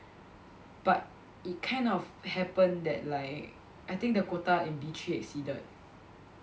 but it kind of happened that like I think the quota in B three exceeded